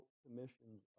commissions